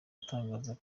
atangaza